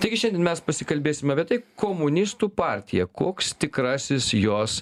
taigi šiandien mes pasikalbėsim apie tai komunistų partija koks tikrasis jos